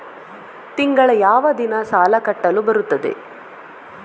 ತಿಂಗಳ ಯಾವ ದಿನ ಸಾಲ ಕಟ್ಟಲು ಬರುತ್ತದೆ?